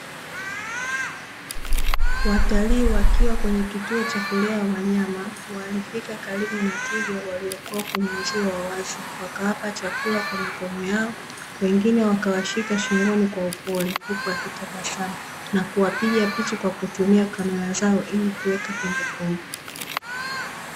Watalii wakiwa kwenye kituo cha kulea wanyama, walifika karibu na twiga waliokuwa kwenye uzio wa wazi wakawapa chakula kwa mikono yao, wengine wakawashika shingoni kwa upole huku wakitabasanu na kuwapiga picha kwa kutumia kamera zao, ili kuweka kumbukumbu.